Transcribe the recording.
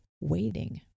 waiting